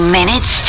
Minutes